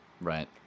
Right